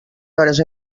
hores